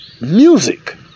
music